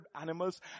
animals